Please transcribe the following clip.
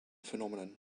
phenomenon